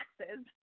taxes